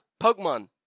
Pokemon